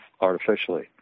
artificially